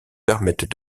permettent